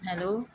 hello